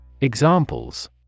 Examples